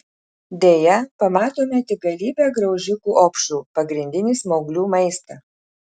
deja pamatome tik galybę graužikų opšrų pagrindinį smauglių maistą